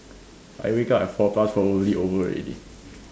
I wake up at four plus probably over already